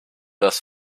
das